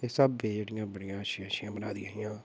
इस स्हाबे जेह्ड़ियां बड़ियां अच्छियां अच्छियां बनाई दियां हियां